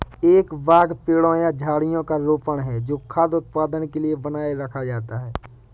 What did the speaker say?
एक बाग पेड़ों या झाड़ियों का रोपण है जो खाद्य उत्पादन के लिए बनाए रखा जाता है